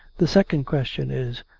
the second question is,